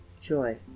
joy